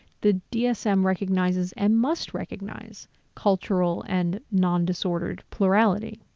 the dsm recognizes and must recognize cultural and non-disordered plurality,